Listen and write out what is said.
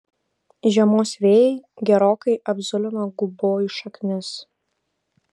žiemos vėjai gerokai apzulino gubojų šaknis